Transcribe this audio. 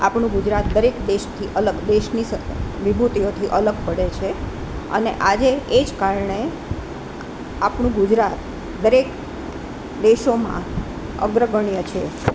આપણું ગુજરાત દરેક દેશથી અલગ દેશની વિભૂતિઓથી અલગ પડે છે અને આજે એ જ કારણે આપણું ગુજરાત દરેક દેશોમાં અગ્રગણ્ય છે